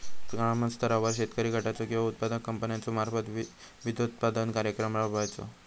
ग्रामस्तरावर शेतकरी गटाचो किंवा उत्पादक कंपन्याचो मार्फत बिजोत्पादन कार्यक्रम राबायचो?